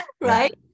Right